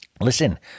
listen